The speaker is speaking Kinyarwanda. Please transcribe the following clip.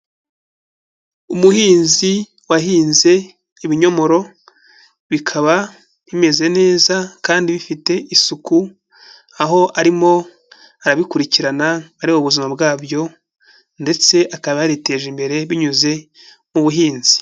Umuhinzi wahinze ibinyomoro, bikaba bimeze neza kandi bifite isuku, aho arimo arabikurikirana areba ubuzima bwabyo, ndetse akaba yariteje imbere binyuze mu buhinzi.